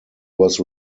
was